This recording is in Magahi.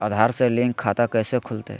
आधार से लिंक खाता कैसे खुलते?